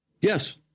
Yes